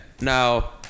Now